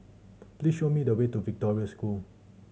please show me the way to Victoria School